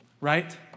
Right